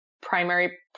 primary